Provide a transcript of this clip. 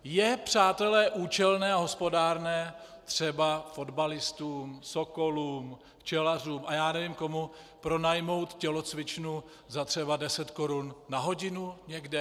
Je, přátelé, účelné a hospodárné třeba fotbalistům, sokolům, včelařům a já nevím komu pronajmout tělocvičnu třeba za 10 korun na hodinu někde?